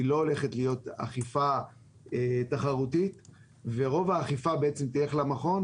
היא לא הולכת להיות אכיפה תחרותית ורוב האכיפה תהיה של המכון,